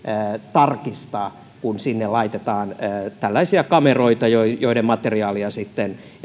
tarkistaa kun sinne laitetaan tällaisia kameroita joiden joiden materiaalia sitten